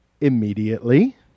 immediately